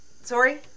Sorry